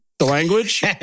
language